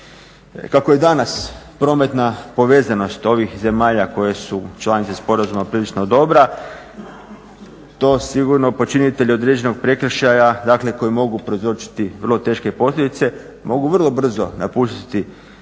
Kako je danas prometna povezanost ovih zemalja koje su članice sporazuma prilično dobra, to sigurno počinitelj određenog prekršaja dakle koji mogu prouzročiti vrlo teške posljedice, mogu vrlo brzo napustiti